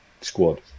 squad